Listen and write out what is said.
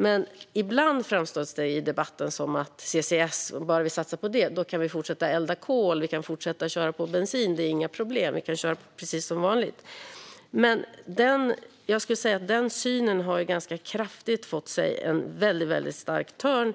Men ibland framställs det i debatten som att vi, om vi bara satsar på CCS, kan fortsätta att elda kol och köra på bensin och att det inte är några problem att köra på precis som vanligt. Denna syn har dock fått sig en stark törn.